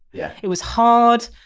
yeah it was hard,